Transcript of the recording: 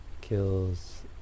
Kills